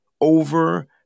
over